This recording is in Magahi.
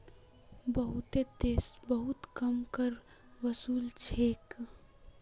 बहुतेते देशोत बहुत कम कर वसूल छेक